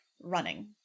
running